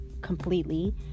completely